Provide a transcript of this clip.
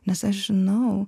nes aš žinau